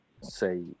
say